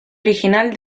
original